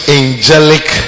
angelic